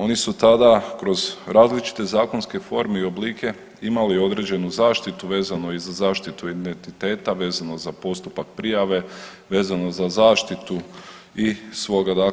Oni su tada kroz različite zakonske forme i oblike imali određenu zaštitu vezano i za zaštitu identiteta, vezano za postupak prijave, vezano za zaštitu i svoga